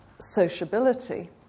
sociability